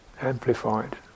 amplified